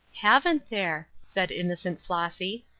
haven't there! said innocent flossy.